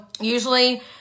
usually